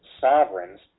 sovereigns